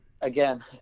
again